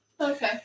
Okay